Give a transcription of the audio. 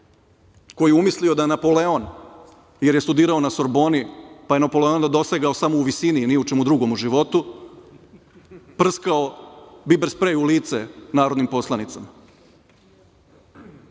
koji je umislio da je Napoleon jer je studirao na Sorboni, pa je onda Napoleona dosegao samo u visini, ni u čemu drugom u životu, prskao biber sprejom u lice narodnim poslanicima.